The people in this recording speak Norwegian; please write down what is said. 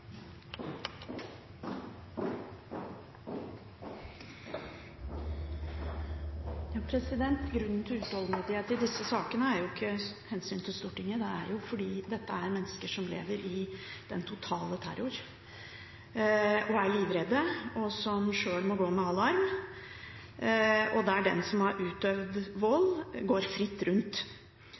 Grunnen til utålmodighet i disse sakene er jo ikke hensynet til Stortinget, det er at dette er mennesker som lever i den totale terror og er livredde, og sjøl må gå med alarm, mens den som har utøvd vold, går fritt rundt.